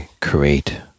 create